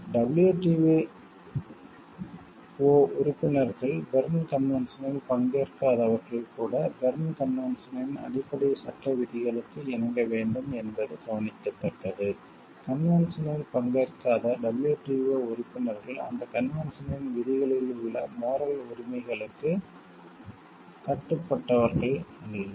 WTO உறுப்பினர்கள் Berne கன்வென்ஷனில் பங்கேற்காதவர்கள் கூட பெர்ன் கன்வென்ஷனின் அடிப்படை சட்ட விதிகளுக்கு இணங்க வேண்டும் என்பது கவனிக்கத்தக்கது கன்வென்ஷனில் பங்கேற்காத WTO உறுப்பினர்கள் அந்த கன்வென்ஷனின் விதிகளில் உள்ள மோரல் உரிமைகளுக்குக் கட்டுப்பட்டவர்கள் அல்ல